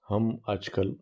हम आजकल